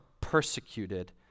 persecuted